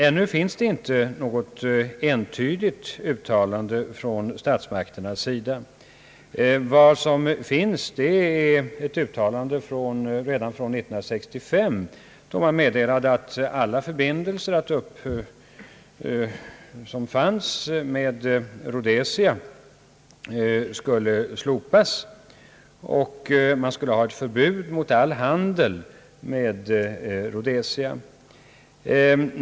Ännu finns det inte något entydigt uttalande från statsmakterna. Vad som finns är ett uttalande redan från år 1965, då man meddelade att alla förbindelser som fanns med Rhodesia skulle slopas och att all handel med landet skulle förbjudas.